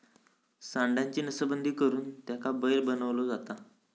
सांडाची नसबंदी करुन त्याका बैल बनवलो जाता